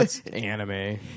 anime